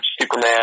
Superman